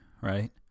right